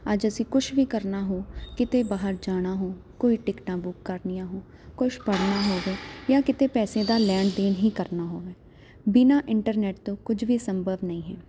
ਅੱਜ ਅਸੀਂ ਕੁਛ ਵੀ ਕਰਨਾ ਹੋ ਕਿਤੇ ਬਾਹਰ ਜਾਣਾ ਹੋ ਕੋਈ ਟਿਕਟਾਂ ਬੁੱਕ ਕਰਨੀਆਂ ਹੋ ਕੁਛ ਪੜ੍ਹਨਾ ਹੋਵੇ ਜਾਂ ਕਿਤੇ ਪੈਸੇ ਦਾ ਲੈਣ ਦੇਣ ਹੀ ਕਰਨਾ ਹੋਵੇ ਬਿਨਾਂ ਇੰਟਰਨੈਟ ਤੋਂ ਕੁਝ ਵੀ ਸੰਭਵ ਨਹੀਂ ਹੈ